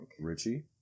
Richie